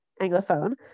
anglophone